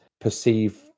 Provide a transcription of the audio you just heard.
perceive